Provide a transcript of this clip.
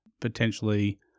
Potentially